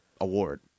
award